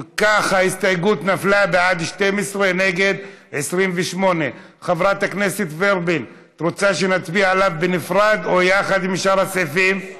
ההסתייגות (5) של חברת הכנסת איילת ורבין נחמיאס לסעיף 18 לא נתקבלה.